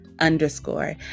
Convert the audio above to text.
underscore